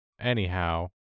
anyhow